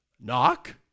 Knock